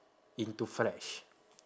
into fresh